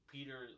Peter